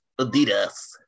Adidas